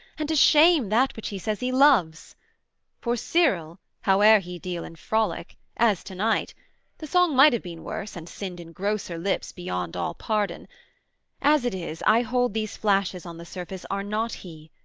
and to shame that which he says he loves for cyril, howe'er he deal in frolic, as tonight the song might have been worse and sinned in grosser lips beyond all pardon as it is, i hold these flashes on the surface are not he.